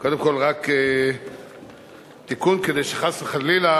קודם כול, רק תיקון, כדי שחס וחלילה